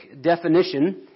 definition